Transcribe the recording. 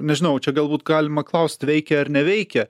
nežinau čia galbūt galima klaust veikia ar neveikia